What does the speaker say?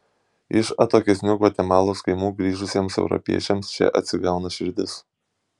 iš atokesnių gvatemalos kaimų grįžusiems europiečiams čia atsigauna širdis